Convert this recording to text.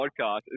podcast